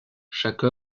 chaque